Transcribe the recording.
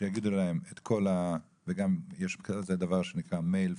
שיגידו להם את כל --- ויש גם דבר שנקרא מייל,